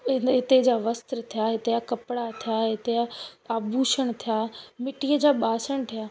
इन इते जा वस्त्र थिया हिते जा कपिड़ा थिया हिते जा आभूषण थिया मिट्टीअ जा बासण थिया